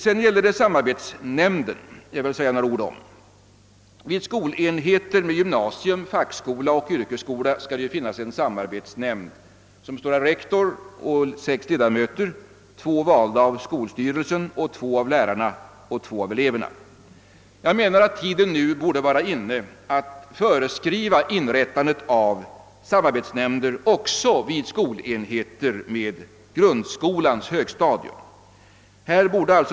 Jag vill vidare säga några ord om samarbetsnämnderna. Vid skolenheter med gymnasium, fackskola och yrkesskola skall det finnas en samarbetsnämnd, som består av rektor och sex ledamöter — två valda av skolstyrelsen, två av lärarna och två av eleverna. Tiden borde nu vara inne att föreskriva inrättandet av samarbetsnämnder också vid skolenheter med grundskolans högstadium.